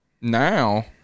now